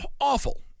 awful